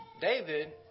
David